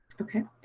okay,